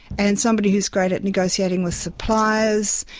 and somebody who is great at negotiating with suppliers.